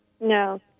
No